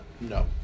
No